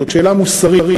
זאת שאלה מוסרית,